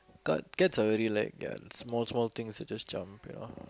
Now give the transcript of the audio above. cats cats are very like ya small small things they just jump you know